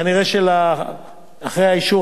נראה שאחרי אישור,